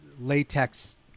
latex